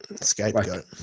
Scapegoat